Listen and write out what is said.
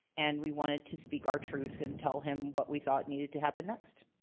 and we wanted to speak our truth and tell him what we thought needed to happen next.